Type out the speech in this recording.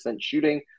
shooting